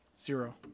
Zero